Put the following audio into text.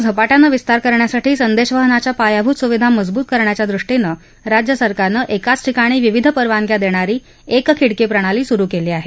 उत्तरप्रदेशात मोबाईल नेटवर्कचा झपाट्यानं विस्तार करण्यासाठी संदेशवहनाच्या पायाभूत सुविधा मजबूत करण्याच्या दृष्टीनं राज्य सरकारनं एकाच ठिकाणी विविध परवानग्या देणारी एक खिडकी प्रणाली सुरू केली आहे